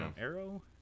Arrow